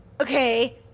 Okay